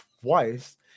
twice